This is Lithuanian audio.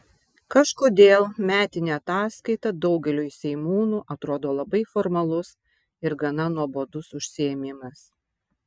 kažkodėl metinė ataskaita daugeliui seimūnų atrodo labai formalus ir gana nuobodus užsiėmimas